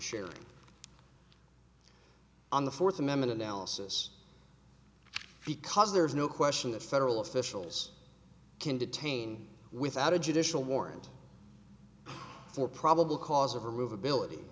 sharing on the fourth amendment analysis because there is no question that federal officials can detain without a judicial warrant for probable cause of a movability